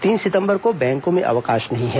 तीन सितम्बर को बैंको में अवकाश नहीं है